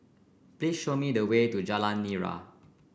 please show me the way to Jalan Nira